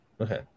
Okay